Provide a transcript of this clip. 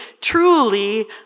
truly